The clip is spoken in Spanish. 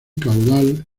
caudal